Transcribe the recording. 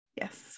yes